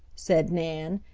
said nan,